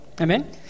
Amen